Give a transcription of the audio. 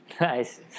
Nice